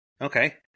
Okay